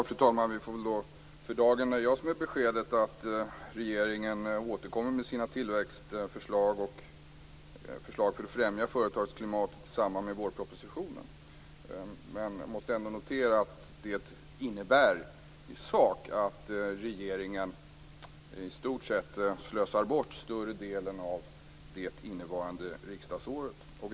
Fru talman! Vi får väl för dagen nöja oss med beskedet att regeringen återkommer med sina tillväxtförslag och förslag för att främja företagsklimatet i samband med vårpropositionen. Jag måste ändå notera att det innebär i sak att regeringen i stort sett slösar bort större delen av det innevarande riksdagsåret.